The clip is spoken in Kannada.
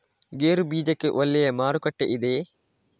ಗೇರು ಬೀಜಕ್ಕೆ ಒಳ್ಳೆಯ ಮಾರುಕಟ್ಟೆ ಇದೆಯೇ?